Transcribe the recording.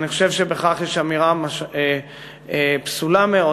אני חושב שבכך יש אמירה פסולה מאוד